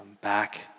back